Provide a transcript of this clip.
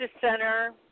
Center